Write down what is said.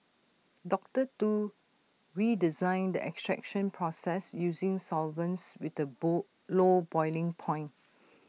doctor Tu redesigned the extraction process using solvents with the bowl low boiling point